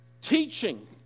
Teaching